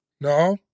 No